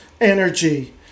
energy